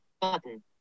Button